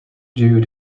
due